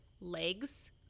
legs